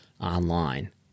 online